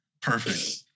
perfect